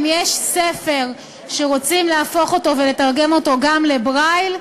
אם יש ספר שרוצים להפוך אותו ולתרגם אותו גם לברייל,